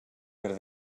per